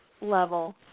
level